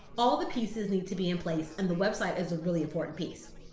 all the pieces need to be in place, and the website is a really important piece.